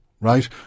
right